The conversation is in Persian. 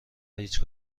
هیچ